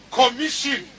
commission